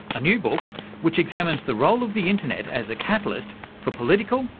a new book which examines the role of the internet as a catalyst for political,